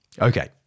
Okay